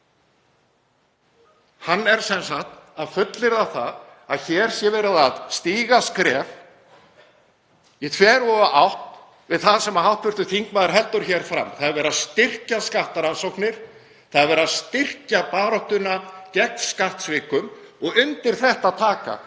Hann er sem sagt að fullyrða það að hér sé verið að stíga skref í þveröfuga átt við það sem hv. þingmaður heldur hér fram. Það er verið að styrkja skattrannsóknir. Það er verið að styrkja baráttuna gegn skattsvikum og undir þetta taka